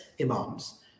imams